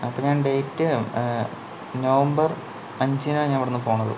അപ്പ ഞാൻ date November അഞ്ചിനാണ് ഞാൻ ഇവിടുന്ന് പോകുന്നത്